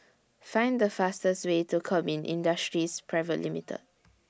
Find The fastest Way to Kemin Industries Private Limited